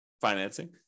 financing